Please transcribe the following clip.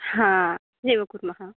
हा एवं कुर्मः